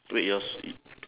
wait yours